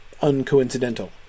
uncoincidental